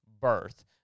birth